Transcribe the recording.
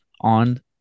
on